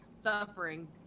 suffering